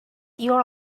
your